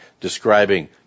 describing